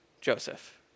Joseph